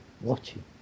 watching